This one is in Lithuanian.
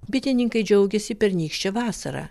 bitininkai džiaugėsi pernykščia vasara